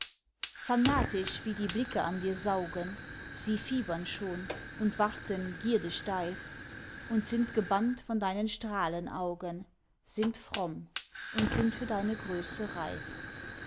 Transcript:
fanatisch wie die blicke an dir saugen sie fiebern schon und warten gierde steif und sind gebannt von deinen strahlenaugen sind fromm und sind für deine größe reif